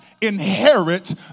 inherit